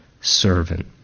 servant